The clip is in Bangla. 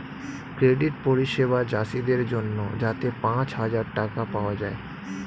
ক্রেডিট পরিষেবা চাষীদের জন্যে যাতে পাঁচ হাজার টাকা পাওয়া যায়